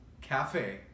Cafe